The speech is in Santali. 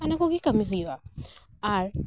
ᱚᱱᱟᱠᱚᱜᱮ ᱠᱟᱹᱢᱤ ᱦᱩᱭᱩᱜᱼᱟ ᱟᱨ